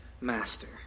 master